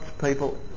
people